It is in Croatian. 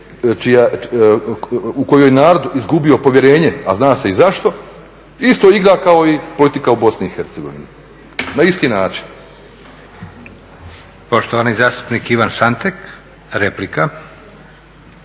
u koju je narod izgubio povjerenje, a zna se i zašto, isto igra kao i politika u BiH. Na isti način.